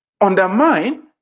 undermine